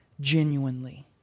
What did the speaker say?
genuinely